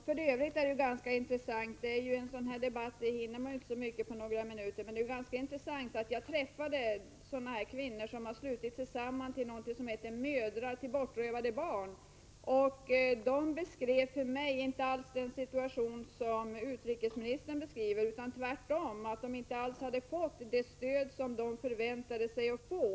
Fru talman! I en sådan här debatt så hinner man inte på några minuter att säga så mycket, men det är intressant att när jag träffade de kvinnor som slutit sig samman till något som heter Mödrar till bortrövade barn, så beskrev de inte alls situationen som utrikesministern gör, utan tvärtom. De hade inte alls fått det stöd som de förväntade sig att få.